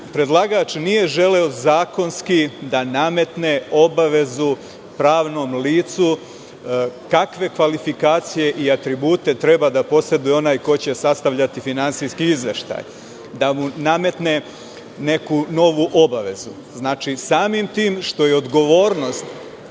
predlagač nije želeo zakonski da nametne obavezu pravnom licu kakve kvalifikacije i atribute treba da poseduje onaj ko će sastavljati finansijski izveštaj, da mu nametne neku novu obavezu. Znači, samim tim što je odgovornost